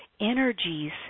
energies